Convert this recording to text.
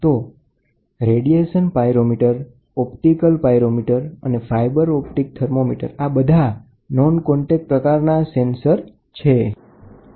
તો radiation pyrometer optical pyrometer અને fibre optic thermometer આ બધા નોન કોન્ટેકટ પ્રકારના સેન્સર્સ છે